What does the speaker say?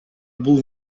бул